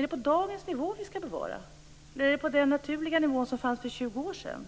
Är det på dagens nivå eller på den naturliga nivå som fanns för 20 år sedan?